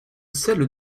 celle